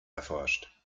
erforscht